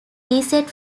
reset